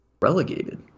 relegated